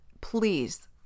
please